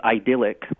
idyllic